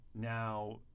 now